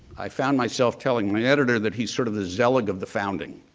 i found myself telling my editor that he's sort of the zelig of the founding.